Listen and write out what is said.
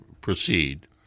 proceed